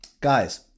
guys